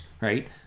right